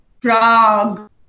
Prague